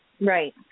Right